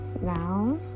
now